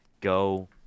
go